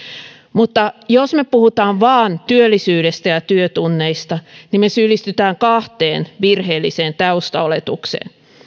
mutta jos me puhumme vain työllisyydestä ja työtunneista niin me syyllistymme kahteen virheelliseen taustaoletukseen